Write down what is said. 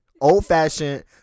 old-fashioned